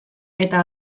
eta